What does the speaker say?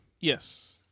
Yes